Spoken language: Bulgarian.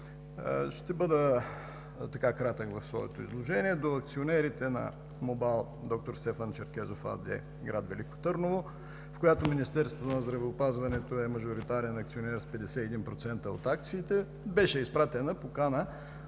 Ще бъда кратък в своето изложение. До акционерите на МОБАЛ „Д-р Стефан Черкезов” АД – град Велико Търново, в която Министерството на здравеопазването е мажоритарен акционер с 51% от акциите, беше изпратена покана